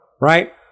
right